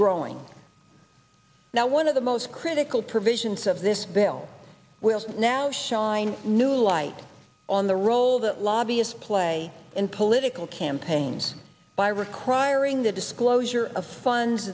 growing now one of the most critical provisions of this bill will now shine new light on the role that lobbyists play in political campaigns by requiring the disclosure of funds